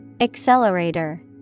Accelerator